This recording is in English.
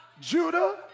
Judah